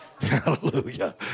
Hallelujah